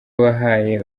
wahaye